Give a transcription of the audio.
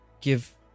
Give